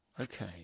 Okay